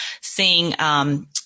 seeing –